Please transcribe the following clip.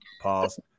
Pause